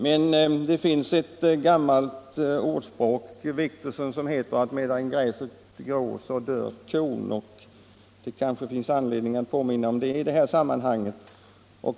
Men det finns, herr Wictorsson, ett gammalt ordspråk som säger att medan gräset gror dör kon, och det kanske är anledning att påminna om det i sammanhanget.